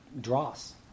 dross